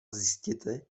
zjistěte